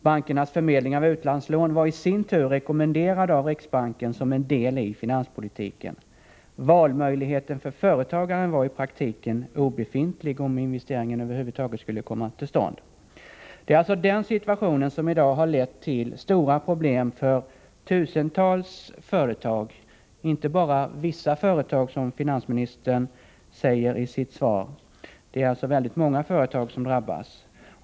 Bankernas förmedling av utlandslån var i sin tur rekommenderad av riksbanken, som en del i finanspolitiken. Valmöjligheten för företagaren var i praktiken obefintlig, om investeringen över huvud taget skulle komma till stånd. Det är alltså den situationen som i dag har lett till stora problem för tusentals företag. Det gäller inte bara ”vissa företag”, som finansministern säger i sitt svar, utan det är väldigt många företag som drabbas.